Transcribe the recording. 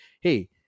hey